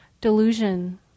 delusion